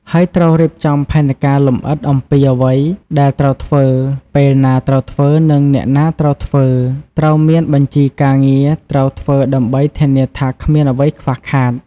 ហើយត្រូវរៀបចំផែនការលម្អិតអំពីអ្វីដែលត្រូវធ្វើ ពេលណាត្រូវធ្វើ និងអ្នកណាត្រូវធ្វើ ត្រូវមានបញ្ជីការងារត្រូវធ្វើដើម្បីធានាថាគ្មានអ្វីខ្វះខាត។